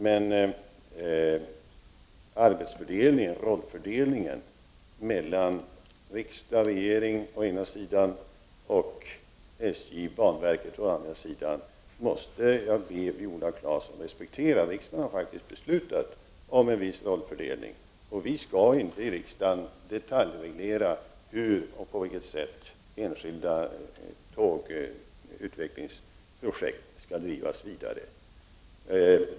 Men rollfördelningen mellan riksdag och regering å ena sidan och SJ och banverket å andra sidan måste Viola Claesson respektera. Riksdagen har faktiskt beslutat om en viss rollfördelning. Vi kan inte i riksdagen detaljreglera hur och på vilket sätt enskilda tågutvecklingsprojekt skall drivas vidare.